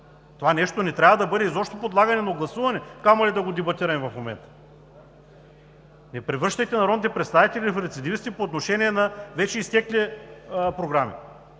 Това нещо изобщо не трябва да бъде подлагано на гласуване, камо ли да го дебатираме в момента. Не превръщайте народните представители в рецидивисти по отношение на вече изтекли програми!